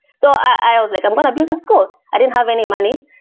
so i was like, i'm going to build a school. i didn't have any money.